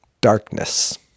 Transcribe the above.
darkness